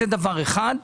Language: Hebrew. זה דבר אחד.